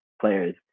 players